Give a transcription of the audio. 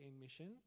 mission